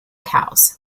cows